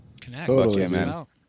Connect